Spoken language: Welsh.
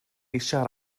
eisiau